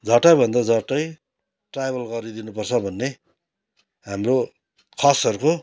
झट्टभन्दा झट्टै ट्राइबल गरिदिनु पर्छ भन्ने हाम्रो खसहरूको